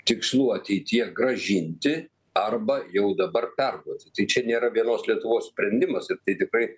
tikslų ateityje grąžinti arba jau dabar perduoti tai čia nėra vienos lietuvos sprendimas ir tai tikrai